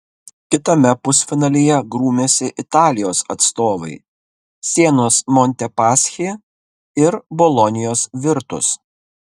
kitame pusfinalyje grūmėsi italijos atstovai sienos montepaschi ir bolonijos virtus